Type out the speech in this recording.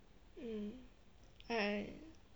mm I